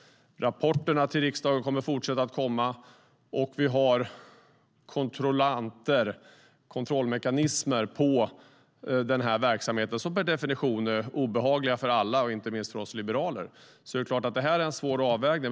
Rapporterna till riksdagen kommer att fortsätta att komma. Och vi har kontrollmekanismer för den här verksamheten, som per definition är obehaglig för alla, inte minst för oss liberaler. Det är klart att det är en svår avvägning.